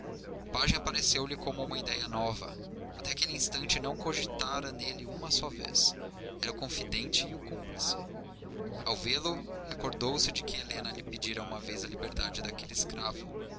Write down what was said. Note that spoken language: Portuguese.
o pajem apareceu-lhe como uma idéia nova até aquele instante não cogitara nele uma só vez era o confidente e o cúmplice ao vê-lo recordou-se de que helena lhe pedira uma vez a liberdade daquele escravo